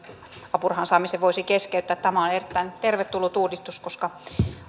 apurahan saamisen voisi keskeyttää tämä on erittäin tervetullut uudistus koska